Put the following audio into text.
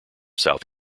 south